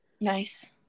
Nice